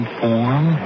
form